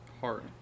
hard